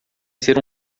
ser